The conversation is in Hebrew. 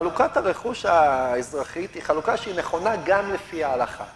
חלוקת הרכוש האזרחית היא חלוקה שהיא נכונה גם לפי ההלכה.